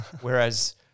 Whereas